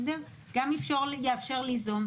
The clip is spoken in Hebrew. זה גם יאפשר ליזום,